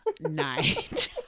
night